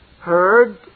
heard